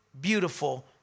beautiful